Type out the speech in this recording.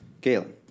Galen